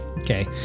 Okay